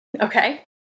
Okay